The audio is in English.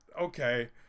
okay